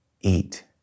eat